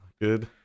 good